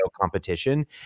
competition